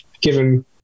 given